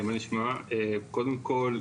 קודם כל,